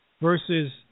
Versus